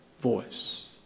voice